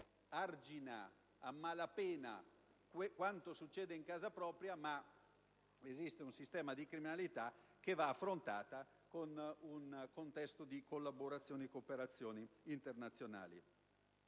argina appena quanto succede in casa propria, ma esiste un sistema di criminalità che va affrontato in un contesto di collaborazione e cooperazione internazionale.